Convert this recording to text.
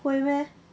不会 meh